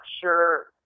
sure